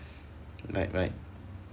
right right